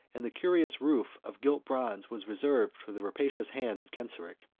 and the curious roof of gilt bronze was reserved for the rapacious hands of genseric.